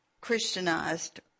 Christianized